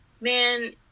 man